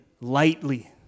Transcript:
lightly